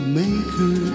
maker